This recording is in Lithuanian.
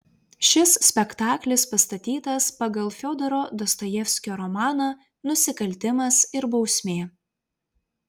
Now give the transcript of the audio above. šis spektaklis pastatytas pagal fiodoro dostojevskio romaną nusikaltimas ir bausmė